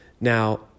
Now